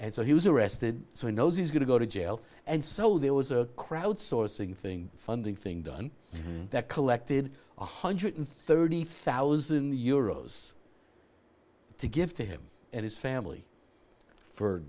and so he was arrested so he knows he's going to go to jail and so there was a crowd sourcing thing funding thing done that collected one hundred thirty thousand euros to give to him and his family for